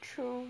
true